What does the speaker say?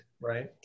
right